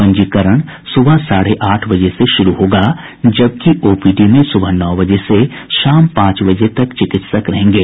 पंजीकरण सुबह साढ़े आठ बजे से शुरू होगा जबकि ओपीडी में सुबह नौ बजे से शाम पांच बजे तक चिकित्सक रहेंगे